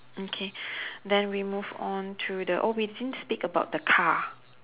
okay then we move on to the oh we didn't speak about the car